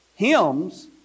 Hymns